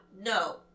no